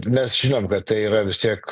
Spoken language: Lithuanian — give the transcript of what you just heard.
mes žinom kad tai yra vis tiek